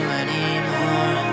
anymore